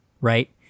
right